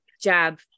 jab